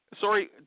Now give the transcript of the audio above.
Sorry